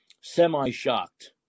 semi-shocked